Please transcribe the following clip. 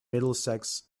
middlesex